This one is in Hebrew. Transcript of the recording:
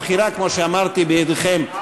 הבחירה, כמו שאמרתי, בידיכם.